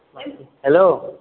hello